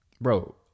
bro